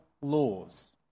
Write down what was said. laws